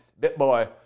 BitBoy